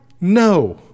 No